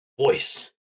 voice